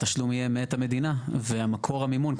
התשלום יהיה מאת המדינה ומקור המימון,